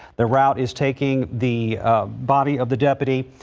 the route is taking the body of the deputy.